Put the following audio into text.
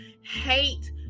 hate